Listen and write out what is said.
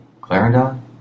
Clarendon